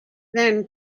then